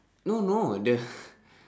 no no the